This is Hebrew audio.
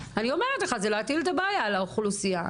זה להטיל את הבעיה על האוכלוסייה.